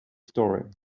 story